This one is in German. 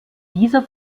dieser